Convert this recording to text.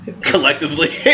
Collectively